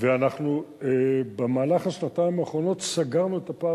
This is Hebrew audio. ואנחנו במהלך השנתיים האחרונות סגרנו את הפער